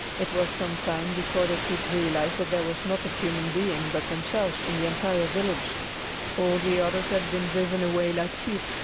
it was some time before they could realize that there was not a human being but themselves in the entire village all the others had been driven away like sheep,